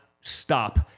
stop